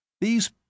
These